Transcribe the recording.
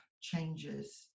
changes